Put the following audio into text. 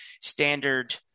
standard